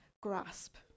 grasp